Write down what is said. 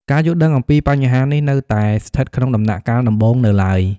ការយល់ដឹងអំពីបញ្ហានេះនៅតែស្ថិតក្នុងដំណាក់កាលដំបូងនៅឡើយ។